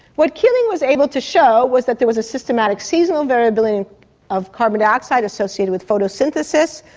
what keeling was able to show was that there was a systematic seasonal variability of carbon dioxide associated with photosynthesis,